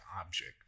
object